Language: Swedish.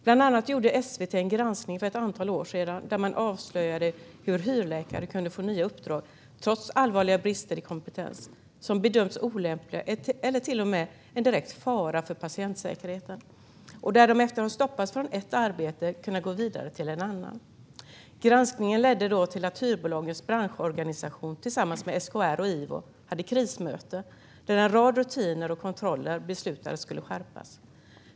Bland annat gjorde SVT för ett antal år sedan en granskning där man avslöjade hur hyrläkare som bedömts vara olämpliga eller till och med en direkt fara för patientsäkerheten kunnat få nya uppdrag trots allvarliga brister i kompetens och hur de efter att ha stoppats från ett arbete kunnat gå vidare till ett annat. Granskningen ledde då till att hyrbolagens branschorganisation tillsammans med SKR och Ivo hade krismöte där det beslutades att en rad rutiner och kontroller skulle skärpas.